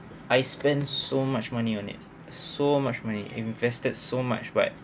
I spend so much money on it so much money invested so much but